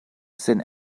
sen